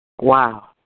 Wow